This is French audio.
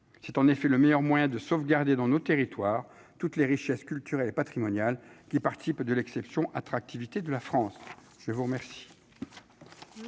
c'est en effet le meilleur moyen de sauvegarder dans nos territoires toutes les richesses culturelles et patrimoniales qui participent de l'exception attractivité de la France. Je vous remercie,